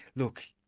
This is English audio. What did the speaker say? look,